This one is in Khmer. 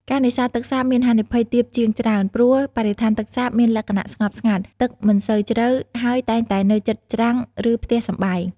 ការនេសាទទឹកសាបមានហានិភ័យទាបជាងច្រើន ព្រោះបរិស្ថានទឹកសាបមានលក្ខណៈស្ងប់ស្ងាត់ ទឹកមិនសូវជ្រៅ ហើយតែងតែនៅជិតច្រាំងឬផ្ទះសម្បែង។